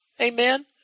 Amen